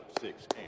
six